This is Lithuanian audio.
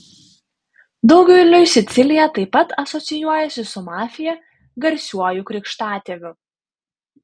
daugeliui sicilija taip pat asocijuojasi su mafija garsiuoju krikštatėviu